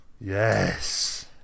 yes